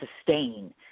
sustain